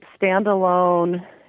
standalone